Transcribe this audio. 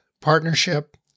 partnership